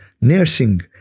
nursing